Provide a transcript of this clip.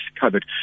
covered